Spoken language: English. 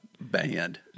band